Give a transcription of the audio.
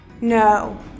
No